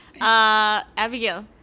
Abigail